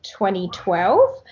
2012